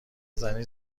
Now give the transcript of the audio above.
زنی